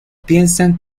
piensan